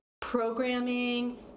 programming